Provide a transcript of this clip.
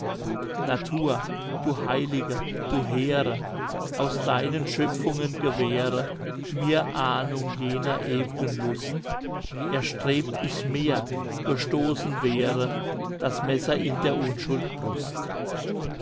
natur du heilige du hehre aus deinen schöpfungen gewähre mir ahnung jener ew'gen lust erstrebt ich mehr gestoßen wäre das messer in der unschuld brust